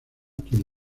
quien